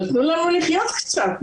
אבל תנו לנו לחיות קצת.